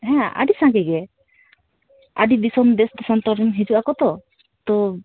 ᱦᱮᱸ ᱟᱹᱰᱤ ᱥᱟᱸᱜᱮ ᱜᱮ ᱟᱹᱰᱤ ᱫᱤᱥᱚᱢ ᱫᱮᱥ ᱫᱤᱥᱚᱢ ᱠᱚᱨᱮᱱ ᱦᱤᱡᱩᱜ ᱟᱠᱚ ᱛᱚ ᱛᱳ